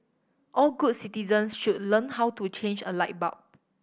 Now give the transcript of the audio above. all good citizens should learn how to change a light bulb